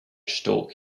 stork